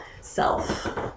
self